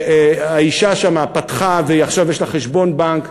שהאישה שם פתחה ועכשיו יש לה חשבון בנק,